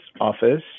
Office